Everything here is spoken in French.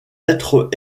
êtres